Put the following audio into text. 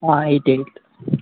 ആ eight eight